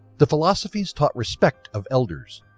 the philosophies taught respect of elders,